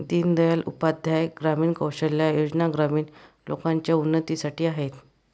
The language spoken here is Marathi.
दीन दयाल उपाध्याय ग्रामीण कौशल्या योजना ग्रामीण लोकांच्या उन्नतीसाठी आहेत